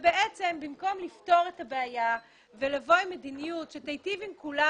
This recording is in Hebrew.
בעצם במקום לפתור את הבעיה ולבוא עם מדיניות שתיטיב עם כולם,